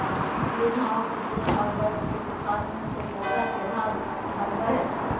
greenhouse धूल आर बर्फ के तूफान से पौध के ढाल बनय हइ